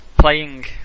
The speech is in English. Playing